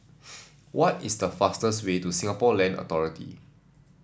what is the fastest way to Singapore Land Authority